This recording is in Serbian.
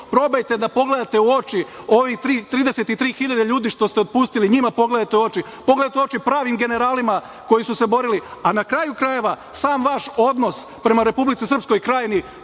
probajte da pogledate u oči ovih 33.000 ljudi što ste otpustili. Njima pogledajte u oči. Pogledajte u oči pravim generalima koji su se borili. Na kraju krajeva, sam vaš odnos prema Republici Srpskoj Krajini